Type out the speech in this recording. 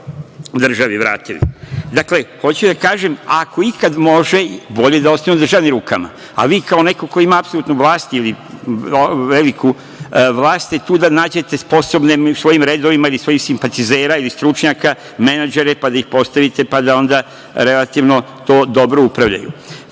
dolar, vratili državi. Hoću da kažem, ako ikad može, bolje je da ostane u državnim rukama. A vi, kao neko ko ima apsolutnu vlast ili veliku vlast, ste tu da nađete sposobne u svojim redovima ili među svojim simpatizerima, stručnjake, menadžere, da ih postavite, pa da onda relativno dobro upravljaju. Što